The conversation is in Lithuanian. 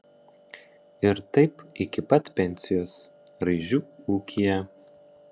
ir taip iki pat pensijos raižių ūkyje